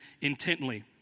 intently